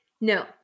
No